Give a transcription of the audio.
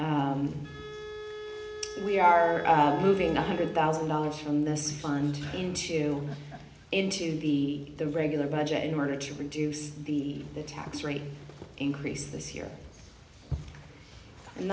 e we are moving one hundred thousand dollars from this fund into into the the regular budget in order to reduce the tax rate increase this year and